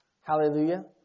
Hallelujah